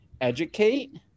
educate